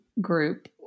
group